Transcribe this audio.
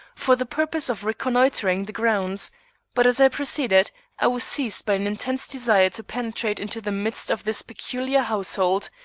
for the purpose of reconnoitring the grounds but as i proceeded i was seized by an intense desire to penetrate into the midst of this peculiar household,